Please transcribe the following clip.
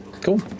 cool